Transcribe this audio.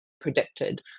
predicted